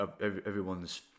everyone's